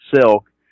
silk